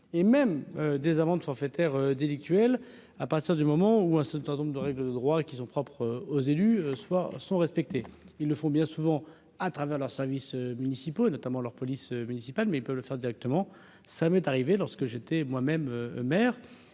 et même des amendes forfaitaires délictuelles, à partir du moment où un certain nombre de règles de droit qui sont. Propres aux élus soir sont respectées, ils ne font bien souvent à travers leurs services municipaux et notamment leur police municipale mais il peut le faire directement, ça m'est arrivé, lorsque j'étais moi-même maire